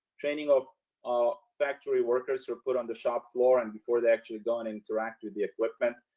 training of our factory workers who put on the shop floor and before they actually go and interact with the equipment,